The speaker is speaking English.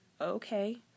Okay